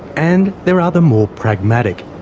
and there are the more pragmatic,